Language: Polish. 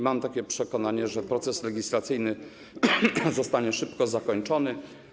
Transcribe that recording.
Mam takie przekonanie, że proces legislacyjny zostanie szybko zakończony.